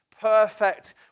perfect